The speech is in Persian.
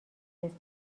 رسید